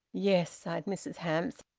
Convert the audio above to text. yes, sighed mrs hamps.